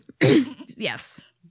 Yes